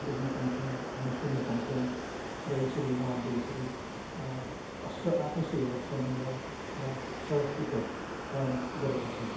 देख्न पाउँछौँ हामी सुन्न पाउँछौँ र यसरी उहाँहरूले यसरी अस आपसी एउटा सम्बन्ध र स्वअस्तित्व कायम गरेका छन्